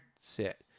Sit